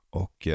och